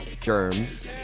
Germs